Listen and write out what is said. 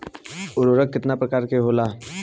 उर्वरक केतना प्रकार के होला?